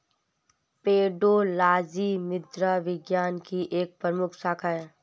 pedology मृदा विज्ञान की एक प्रमुख शाखा है